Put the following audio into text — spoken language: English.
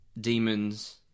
demons